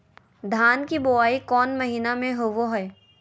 धान की बोई कौन महीना में होबो हाय?